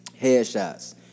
headshots